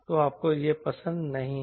तो आपको यह पसंद नहीं है